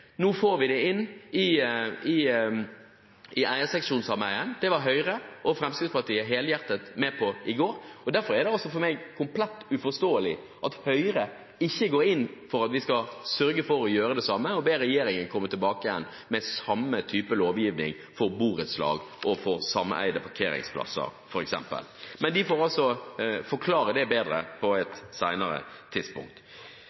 Nå får vi det inn i eierseksjonssameier. Det var Høyre og Fremskrittspartiet helhjertet med på i går. Derfor er det for meg komplett uforståelig at Høyre ikke går inn for at vi skal sørge for å gjøre det samme her og be regjeringen komme tilbake med samme type lovgivning for f.eks. borettslag og sameide parkeringsplasser. Men de får forklare det bedre på